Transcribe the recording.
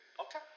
Okay